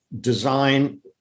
design